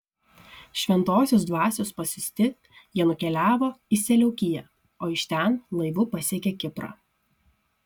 šventosios dvasios pasiųsti jie nukeliavo į seleukiją o iš ten laivu pasiekė kiprą